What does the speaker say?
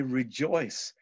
rejoice